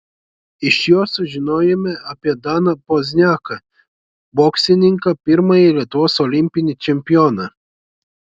iš jo sužinojome apie daną pozniaką boksininką pirmąjį lietuvos olimpinį čempioną